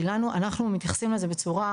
כי אנחנו מתייחסים לזה בצורה,